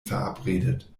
verabredet